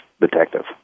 detective